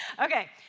Okay